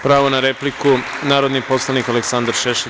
Pravo na repliku ima narodni poslanik Aleksandar Šešelj.